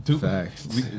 Facts